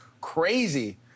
crazy